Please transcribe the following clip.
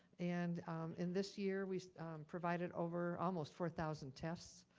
and and this year, we provided over almost four thousand tests,